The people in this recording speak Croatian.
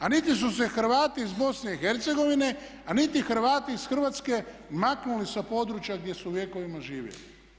A niti su se Hrvati iz BiH a niti Hrvati iz Hrvatske maknuli sa područja gdje su vjekovima živjeli.